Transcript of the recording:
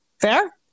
Fair